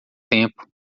tempo